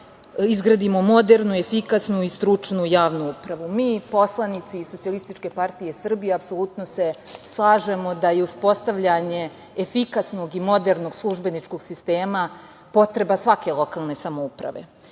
izgradimo modernu, efikasnu i stručnu javnu upravu. Mi poslanici Socijalističke partije Srbije apsolutno se slažemo da je uspostavljanje efikasnog i modernog službeničkog sistema potreba svake lokalne samouprave